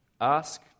Ask